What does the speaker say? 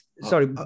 sorry